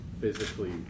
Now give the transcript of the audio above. physically